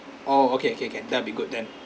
orh okay okay can that'll be good then